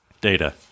Data